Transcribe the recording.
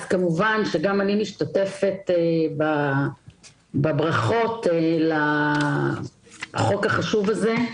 כמובן שגם אני משתתפת בברכות לחוק החשוב הזה,